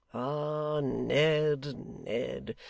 ah ned, ned,